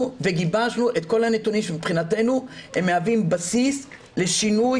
וגיבשנו את כל הנתונים שמבחינתנו הם מהווים בסיס לשינוי